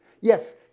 Yes